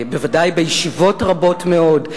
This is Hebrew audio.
בוודאי בישיבות רבות מאוד,